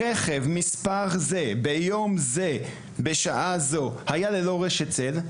רכב, מספר זה, ביום זה, בשעה זו, היה ללא רשת צל,